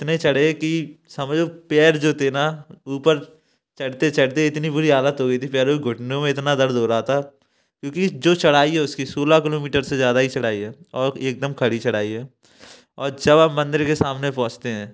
इतने चढ़े कि समझ लो पैर जो थे ना ऊपर चढ़ते चढ़ते इतनी बुरी हालत हो गई थी पैरो की घुटनों में इतना दर्द हो रहा था क्योंकि जो चढ़ाई है उसकी सोलह किलोमीटर से ज्यादा ही चढ़ाई है और एकदम खड़ी चढ़ाई है और जब आप मंदिर के सामने पहुँचते हैं